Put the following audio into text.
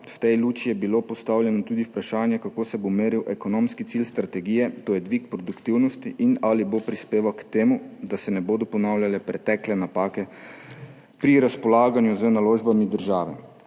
V tej luči je bilo postavljeno tudi vprašanje, kako se bo meril ekonomski cilj strategije, to je dvig produktivnosti, in ali bo prispeval k temu, da se ne bodo ponavljale pretekle napake pri razpolaganju z naložbami države.